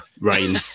rain